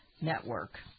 Network